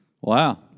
Wow